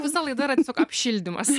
visa laida yra tiesiog apšildymas